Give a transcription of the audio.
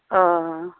अह